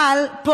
אבל פה,